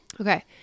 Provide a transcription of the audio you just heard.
Okay